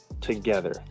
together